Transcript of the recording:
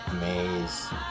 maze